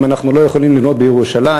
אם אנחנו לא יכולים לבנות בירושלים,